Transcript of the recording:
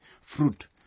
fruit